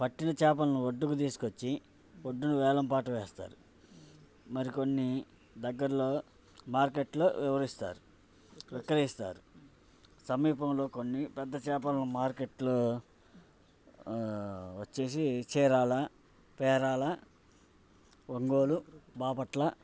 పట్టిన చేపలను ఒడ్డుకు తీసుకు వచ్చి ఒడ్డును వేలంపాట వేస్తారు మరికొన్ని దగ్గరలో మార్కెట్లో వివరిస్తారు విక్రయిస్తారు సమీపంలో కొన్ని పెద్ద చేపలని మార్కెట్లో వచ్చి చీరాల పేరాల ఒంగోలు బాపట్ల